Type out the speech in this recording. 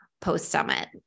post-summit